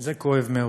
זה כואב מאוד.